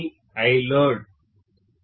ఇది ILoad